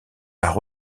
par